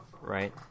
right